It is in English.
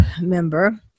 member